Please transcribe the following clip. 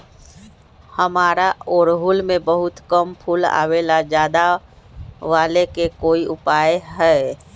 हमारा ओरहुल में बहुत कम फूल आवेला ज्यादा वाले के कोइ उपाय हैं?